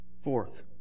Fourth